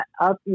up